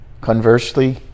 Conversely